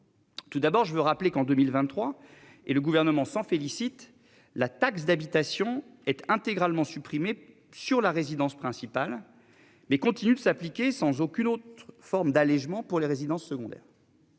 Tout d'abord je veux rappeler qu'en 2023 et le gouvernement s'en félicite. La taxe d'habitation est intégralement supprimée sur la résidence principale mais continue de s'appliquer sans aucune autre forme d'allégement pour les résidences secondaires.